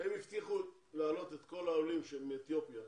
הם הבטיחו להעלות את כל העולים מאתיופיה,